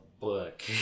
book